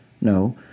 No